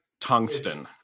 Tungsten